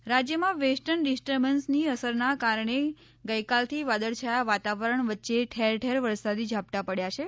માવઠું રાજ્યમાં વેસ્ટર્ન ડિસ્ટર્બન્સની અસરના કારણે ગઇકાલથી વાદળછાયા વાતાવરણ વચ્ચે ઠેર ઠેર વરસાદી ઝાપટાં પડ્યા છે